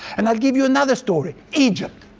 and i'll give you another story egypt,